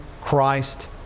Christ